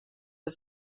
are